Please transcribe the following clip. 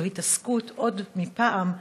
זה התעסקות עוד מפעם,